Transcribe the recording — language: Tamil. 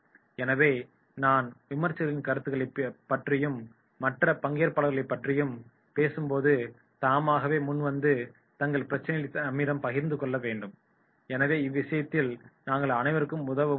எனவே நாம் விமர்ச்சகர்களின் கருத்துக்களைப் பற்றியும் மற்ற பங்கேற்பாளர்களை பற்றியும் பேசும்போது தாமாகவே முன் வந்து தங்கள் பிரச்சினைகளைக் நம்மிடம் பகிர்ந்து கொள்ள வேண்டும் எனவே இவ்விஷயத்தில் நாங்கள் அவர்களுக்கு உதவ முடியும்